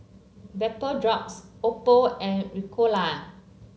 Vapodrops Oppo and Ricola